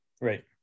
right